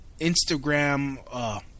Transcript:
Instagram